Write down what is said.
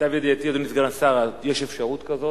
למיטב ידיעתי, אדוני סגן השר, יש אפשרות כזאת,